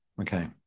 Okay